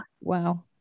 Wow